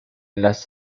las